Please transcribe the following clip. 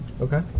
Okay